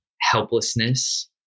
helplessness